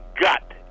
gut